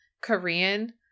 Korean